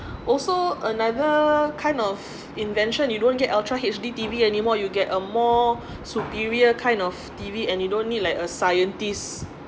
also another kind of invention you don't get ultra H_D T_V anymore you get a more superior kind of T_V and you don't need like a scientist